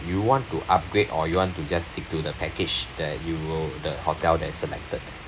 you want to upgrade or you want to just stick to the package that you know the hotel that's selected